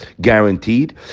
guaranteed